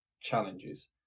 challenges